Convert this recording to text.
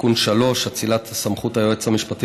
(תיקון מס' 3) (אצילת סמכות היועץ המשפטי